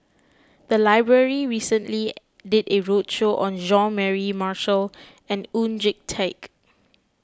the library recently did a roadshow on John Mary Marshall and Oon Jin Teik